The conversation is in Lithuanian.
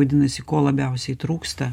vadinasi ko labiausiai trūksta